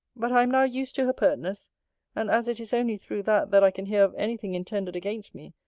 but i am now used to her pertness and as it is only through that that i can hear of any thing intended against me,